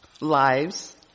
lives